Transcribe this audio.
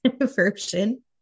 version